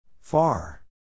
Far